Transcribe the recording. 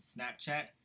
Snapchat